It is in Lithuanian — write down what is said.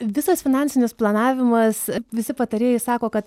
visas finansinis planavimas visi patarėjai sako kad